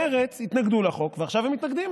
מרצ תמכו בחוק ועכשיו הם מתנגדים?